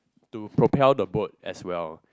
to propel the boat as well